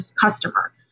customer